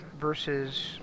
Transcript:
versus